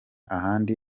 ahandi